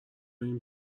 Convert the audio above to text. این